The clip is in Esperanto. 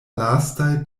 lastaj